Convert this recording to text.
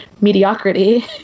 mediocrity